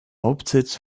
hauptsitz